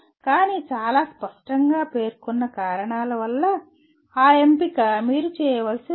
కానీ చాలా స్పష్టంగా పేర్కొన్న కారణాల వల్ల ఆ ఎంపిక మీరు చేయవలసి ఉంది